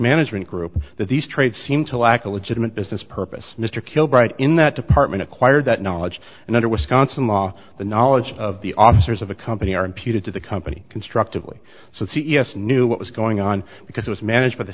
management group that these trades seem to lack a legitimate business purpose mr kilbride in that department acquired that knowledge and other wisconsin law the knowledge of the officers of the company are imputed to the company constructively so c e s knew what was going on because it was managed by the